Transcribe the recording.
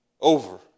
Over